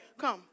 Come